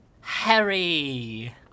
Harry